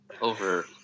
over